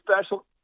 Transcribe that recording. special